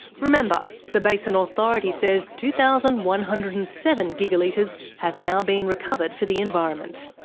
remember, the basin authority says two thousand one hundred and seven gigalitres have now been recovered for the environment.